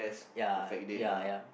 ya ya ya